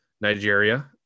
Nigeria